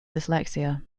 dyslexia